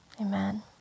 amen